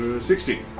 sixteen.